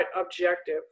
objective